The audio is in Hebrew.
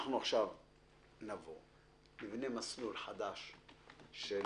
אנחנו עכשיו נבוא, נבנה מסלול חדש של